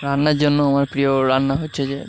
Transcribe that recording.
রান্নার জন্য আমার প্রিয় রান্না হচ্ছে যে